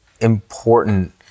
important